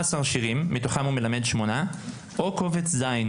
שירים, מתוכם הוא מלמד שמונה, או את קובץ ז'.